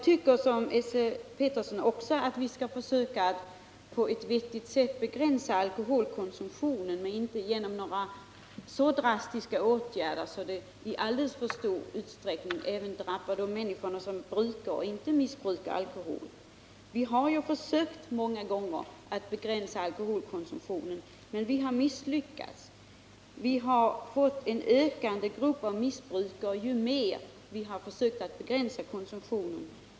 Liksom Esse Petersson anser också jag att vi skall försöka att på ett vettigt sätt begränsa alkoholkonsumtionen, men inte genom så drastiska åtgärder att de i alldeles för stor utsträckning drabbar även de människor som brukar men inte missbrukar alkohol. Vi har många gånger försökt begränsa alkoholkonsumtionen, men vi har misslyckats. Vi har fått en större grupp av missbrukare, ju mer vi har försökt att begränsa konsumtionen.